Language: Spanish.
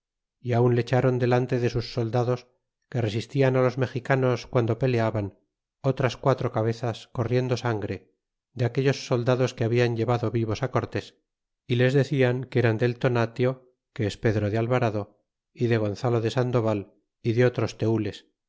y aun le echron delante de sus soldados que resistian los mexicanos guando peleaban otras quatro cabezas corriendo saligre de aquellos soldados que hablan llevado vivos cortes y les decian que eran del tonatio que es pedro de alvarado y de gonzalo de sandoval y de otros tenles